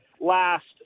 last